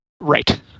Right